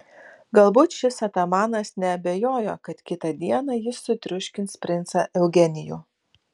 galbūt šis atamanas neabejojo kad kitą dieną jis sutriuškins princą eugenijų